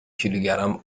کیلوگرم